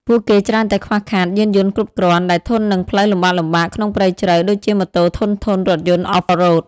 ពួកគេច្រើនតែខ្វះខាត យានយន្តគ្រប់គ្រាន់ ដែលធន់នឹងផ្លូវលំបាកៗក្នុងព្រៃជ្រៅ ដូចជាម៉ូតូធន់ៗ រថយន្ត Off road។